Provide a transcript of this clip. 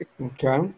Okay